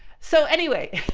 so anyway.